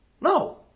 No